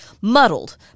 muddled